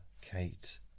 Kate